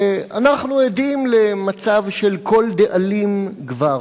אנחנו עדים למצב של כל דאלים גבר,